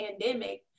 pandemic